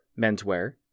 menswear